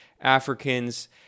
Africans